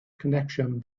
connection